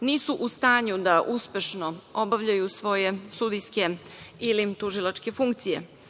nisu u stanju da uspešno obavljaju svoje sudijske ili tužilačke funkcije.